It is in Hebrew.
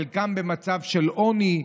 חלקם במצב של עוני,